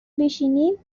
بشینیم